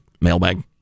Mailbag